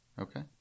Okay